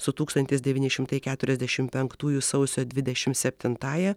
su tūkstantis devyni šimtai keturiasdešimt penktųjų sausio dvidešimt septintąja